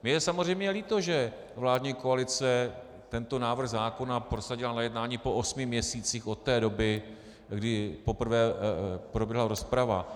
Mně je samozřejmě líto, že vládní koalice tento návrh zákona prosadila na jednání po osmi měsících od té doby, kdy poprvé proběhla rozprava.